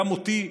גם אותי,